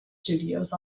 studios